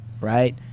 right